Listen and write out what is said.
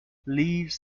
leaves